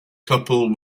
couple